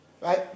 Right